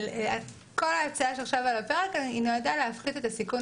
אבל כל ההצעה שעכשיו על הפרק נועדה להפחית את הסיכון